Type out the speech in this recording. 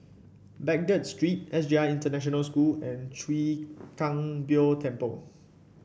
Baghdad Street S J I International School and Chwee Kang Beo Temple